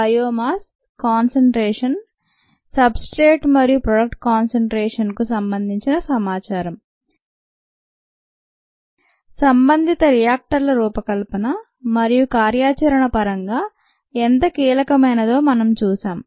biomass concentration substrate మరియు product concentration కు సంబంధించిన సమాచారం సంబంధిత రియాక్టర్ల రూపకల్పన మరియు కార్యాచరణ పరంగా ఎంత కీలకమైనదో మనం చూశాం